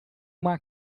uma